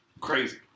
crazy